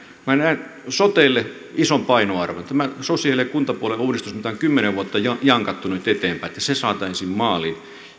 minä näen sotelle ison painoarvon että tämä sosiaali ja kuntapuolen uudistus mitä on kymmenen vuotta jankattu nyt eteenpäin saataisiin maaliin